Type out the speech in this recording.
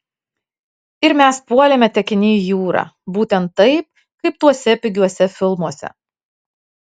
ir mes puolėme tekini į jūrą būtent taip kaip tuose pigiuose filmuose